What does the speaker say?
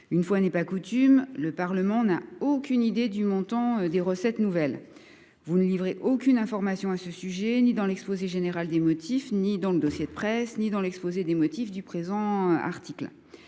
Une fois n’est pas coutume, le Parlement n’a aucune idée du montant des nouvelles recettes. Le Gouvernement ne livre aucune information à ce sujet, ni dans l’exposé général des motifs, ni dans le dossier de presse, ni dans l’exposé des motifs du présent article.